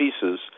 pieces